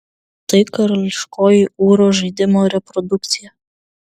tai karališkojo ūro žaidimo reprodukcija